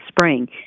spring